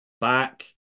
back